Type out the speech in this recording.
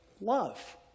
love